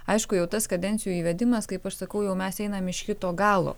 aišku jau tas kadencijų įvedimas kaip aš sakau jau mes einame iš kito galo